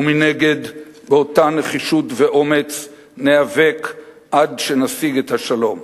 ומנגד באותה נחישות ואומץ ניאבק עד שנשיג את השלום.